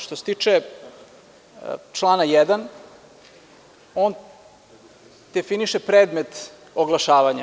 Što se tiče člana 1, on definiše predmet oglašavanja.